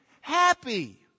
happy